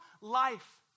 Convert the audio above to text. life